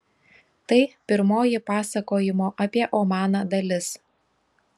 tai pirmoji pasakojimo apie omaną dalis